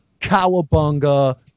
cowabunga